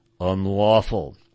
unlawful